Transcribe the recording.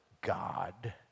God